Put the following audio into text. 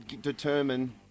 determine